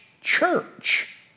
church